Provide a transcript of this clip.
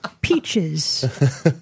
Peaches